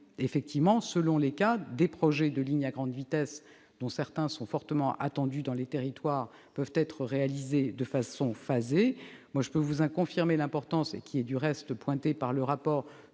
routières. Selon les cas, des lignes à grande vitesse, dont certaines sont fortement attendues dans les territoires, peuvent être réalisées de façon phasée. Je peux vous confirmer l'importance, du reste pointée par le rapport,